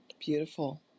Beautiful